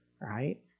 right